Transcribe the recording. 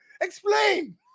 Explain